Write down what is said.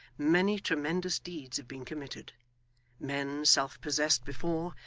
many tremendous deeds have been committed men, self-possessed before,